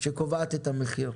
שקובעת את המחיר,